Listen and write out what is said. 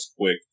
quick